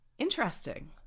Interesting